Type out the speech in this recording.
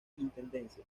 intendencia